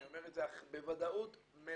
אני אומר את זה בוודאות מלאה.